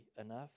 enough